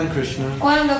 Krishna